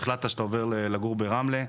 שהחלטת שאתה עובר לגור ברמלה,